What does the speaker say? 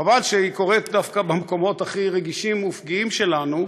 חבל שהיא קורית דווקא במקומות הכי רגישים ופגיעים שלנו,